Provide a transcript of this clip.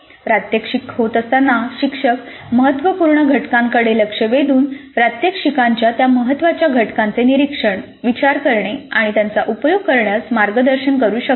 प्रात्यक्षिके होत असताना शिक्षक महत्त्वपूर्ण घटकांकडे लक्ष वेधून प्रात्यक्षिकाच्या त्या महत्त्वाच्या घटकांचे निरीक्षण विचार करणे आणि त्यांचा उपयोग करण्यास मार्गदर्शन करू शकतात